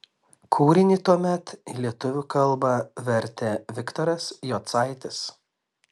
kūrinį tuomet į lietuvių kalbą vertė viktoras jocaitis